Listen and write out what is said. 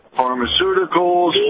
pharmaceuticals